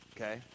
Okay